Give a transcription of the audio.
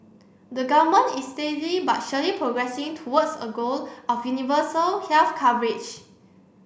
the government is steadily but surely progressing towards a goal of universal health coverage